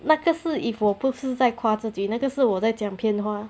那个是 if 我不是在夸自己那个是我在讲骗话